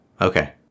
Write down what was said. Okay